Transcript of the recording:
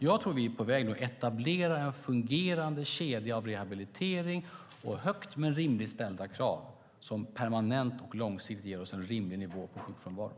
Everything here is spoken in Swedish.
Jag tror att vi är på väg att etablera en fungerande kedja för rehabilitering och högt men rimligt ställda krav som långsiktigt ger oss en rimlig nivå på sjukfrånvaron.